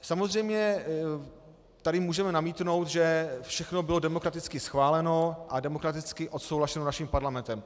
Samozřejmě tady můžeme namítnout, že všechno bylo demokraticky schváleno a demokraticky odsouhlaseno naším parlamentem.